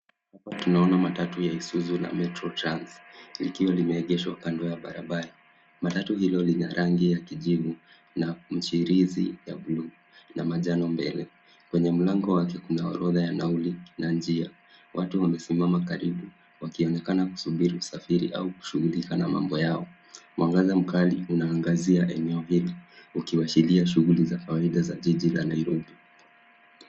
Tunaona matatu ya Isuzu la Metro Trans likiwa limeegeshwa kando ya barabara. Matatu hilo lina na rangi ya kijivu na michirizi ya bluu na manjano mbele. Kwenye mlango wake, kuna orodha ya nauli na njia. Watu wamesimama karibu wakionekana kusubiri kusafiri au kushughulika na mambo yao. Mwangaza mkali unaangazia eneo hili ukiashiria shughuli za kawaida za jiji la Nairobi.